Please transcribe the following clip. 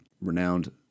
renowned